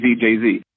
Jay-Z